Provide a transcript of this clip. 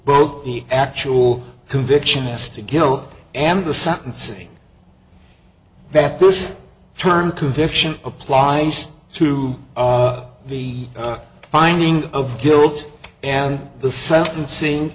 both the actual conviction as to guilt and the sentencing that this term conviction applies to the finding of guilt and the sentencing